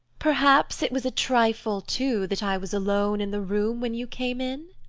perhaps it was a trifle, too, that i was alone in the room when you came in?